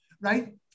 right